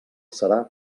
serà